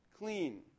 clean